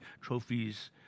trophies